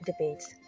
debates